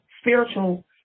spiritual